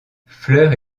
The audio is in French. fleurs